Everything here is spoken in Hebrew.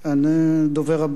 הדובר הבא,